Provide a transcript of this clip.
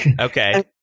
Okay